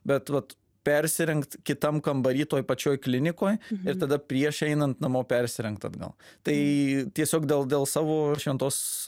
bet vat persirengt kitam kambary toj pačioj klinikoj ir tada prieš einant namo persirengt atgal tai tiesiog dėl dėl savo šventos